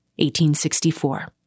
1864